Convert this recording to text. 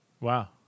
Wow